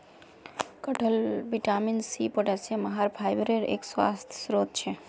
कटहल vitamin C, potassium, आहार फाइबरेर एक स्वस्थ स्रोत छे